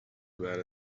about